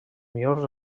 millors